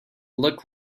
look